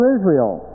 Israel